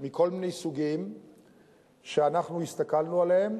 מכל מיני סוגים שאנחנו הסתכלנו עליהן,